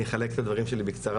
אני יחלק את הדברים שלי בקצרה,